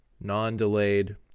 non-delayed